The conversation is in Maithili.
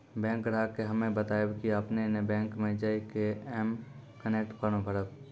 बैंक ग्राहक के हम्मे बतायब की आपने ने बैंक मे जय के एम कनेक्ट फॉर्म भरबऽ